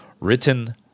written